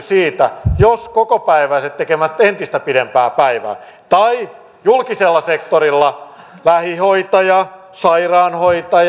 siitä jos kokopäiväiset tekevät entistä pidempää päivää tai kun julkisella sektorilla lähihoitaja sairaanhoitaja